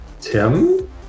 Tim